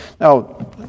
Now